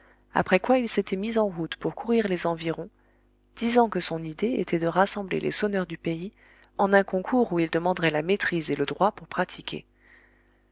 après quoi il s'était mis en route pour courir les environs disant que son idée était de rassembler les sonneurs du pays en un concours où il demanderait la maîtrise et le droit pour pratiquer